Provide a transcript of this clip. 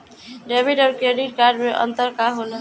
Debit और credit card मे अंतर का होला?